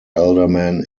alderman